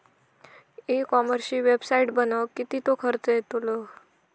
E कॉमर्सची website बनवक किततो खर्च येतलो?